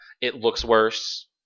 it-looks-worse